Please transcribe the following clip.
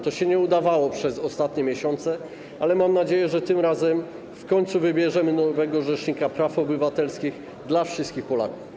To się nie udawało przez ostatnie miesiące, ale mam nadzieję, że tym razem w końcu wybierzemy nowego rzecznika praw obywatelskich dla wszystkich Polaków.